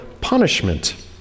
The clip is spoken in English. punishment